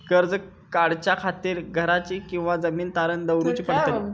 कर्ज काढच्या खातीर घराची किंवा जमीन तारण दवरूची पडतली?